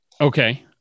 Okay